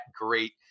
great